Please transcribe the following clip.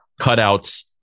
cutouts